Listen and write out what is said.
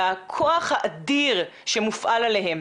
לכוח האדיר שמופעל עליהם.